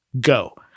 Go